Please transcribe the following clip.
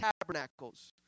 Tabernacles